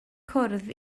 cwrdd